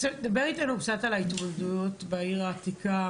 דבר איתנו קצת על ההתמודדויות בעיר העתיקה,